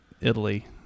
Italy